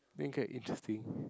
interesting